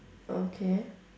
okay